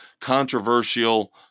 controversial